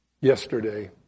Yesterday